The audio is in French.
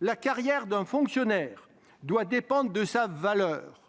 La carrière d'un fonctionnaire doit dépendre de sa valeur.